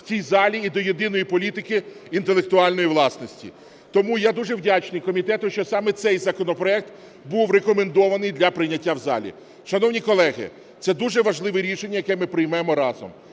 в цій залі і до єдиної політики інтелектуальної власності. Тому я дуже вдячний комітету, що саме цей законопроект був рекомендований для прийняття в залі. Шановні колеги, це дуже важливе рішення, яке ми приймемо разом,